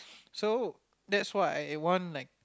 so that's what I want like